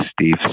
Steve